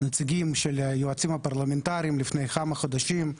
הנציגים של היועצים הפרלמנטריים, לפני כמה חודשים,